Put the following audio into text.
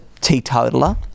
teetotaler